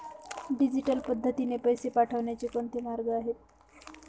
Digital पद्धतीने पैसे पाठवण्याचे कोणते मार्ग आहेत?